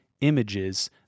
images